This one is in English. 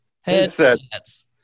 Headsets